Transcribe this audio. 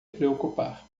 preocupar